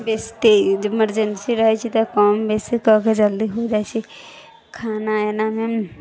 बेसी तेज इमर्जेन्सी रहै छै तऽ कम बेसी कऽ कऽ जल्दी हो जाइ छै खाना एनाहि